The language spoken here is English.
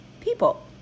people